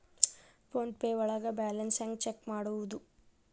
Phone pay ಒಳಗ balance ಹೆಂಗ್ check ಮಾಡುವುದು?